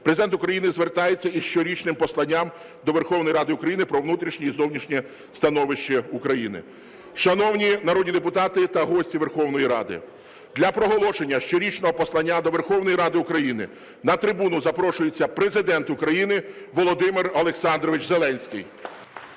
Президент України звертається із щорічним посланням до Верховної Ради України про внутрішнє і зовнішнє становище України. Шановні народні депутати та гості Верховної Ради, для проголошення щорічного послання до Верховної Ради України на трибуну запрошується Президент України Володимир Олександрович Зеленський.